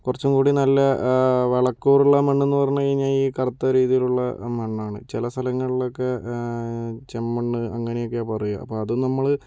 കുറച്ചും കൂടി നല്ല വളക്കൂറുള്ള മണ്ണ് എന്നു പറഞ്ഞു കഴിഞ്ഞാൽ ഈ കറുത്ത രീതിയിലുള്ള മണ്ണാണ് ചില സ്ഥലങ്ങളിൽ ഒക്കെ ചെമ്മണ്ണ് അങ്ങനെയൊക്കെ പറയുക അതു നമ്മൾ